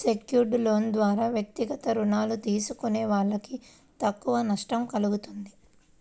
secured లోన్ల ద్వారా వ్యక్తిగత రుణాలు తీసుకునే వాళ్ళకు తక్కువ నష్టం కల్గుతుంది